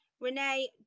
Renee